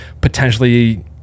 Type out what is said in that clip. potentially